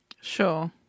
Sure